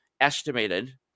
estimated